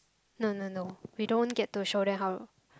no no no we don't get to show them how